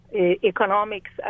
economics